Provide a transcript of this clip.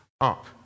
up